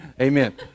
Amen